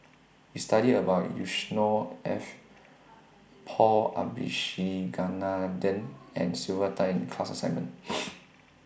We studied about Yusnor Ef Paul Abisheganaden and Sylvia Tan in class assignment